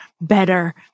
better